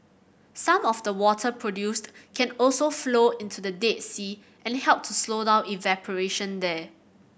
some of the water produced can also flow into the Dead Sea and help to slow down evaporation there